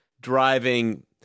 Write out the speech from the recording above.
driving